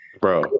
Bro